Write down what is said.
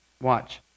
Watch